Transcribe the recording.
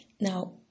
Now